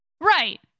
right